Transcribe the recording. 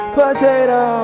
potato